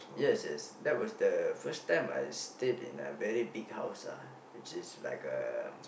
yes yes that was the first time I stayed in a very big house ah which is like um